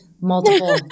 multiple